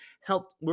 helped